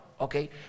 Okay